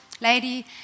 lady